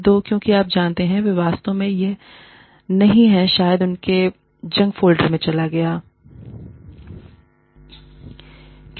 दो क्योंकि आप जानते हैं वे वास्तव में या यह नहीं है शायद उनके जंक फ़ोल्डर में चला गया या भी